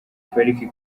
pariki